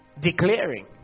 Declaring